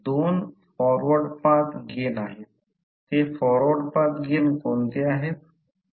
तर येथे देखील जे मी सांगितले ते सर्व येथे लिहिले आहे